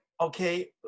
Okay